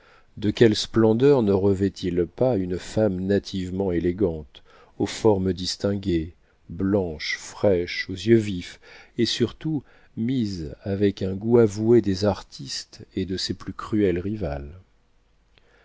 de quelle splendeur ne revêt il pas une femme nativement élégante aux formes distinguées blanche fraîche aux yeux vifs et surtout mise avec un goût avoué des artistes et de ses plus cruelles rivales